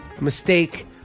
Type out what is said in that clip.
mistake